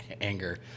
anger